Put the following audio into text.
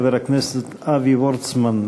חבר הכנסת אבי וורצמן,